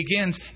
begins